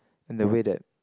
and the way that